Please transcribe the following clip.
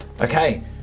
Okay